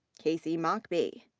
casey mockbee.